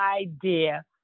idea